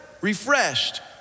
refreshed